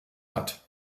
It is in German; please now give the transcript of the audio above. hat